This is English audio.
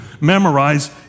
memorize